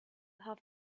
have